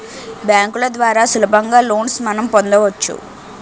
బ్యాంకుల ద్వారా సులభంగా లోన్స్ మనం పొందవచ్చు